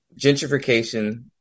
Gentrification